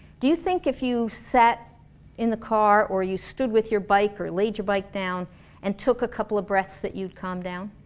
do you think if you sat in the car or you stood with your bike or laid your bike down and took a couple of breaths that you would calm down?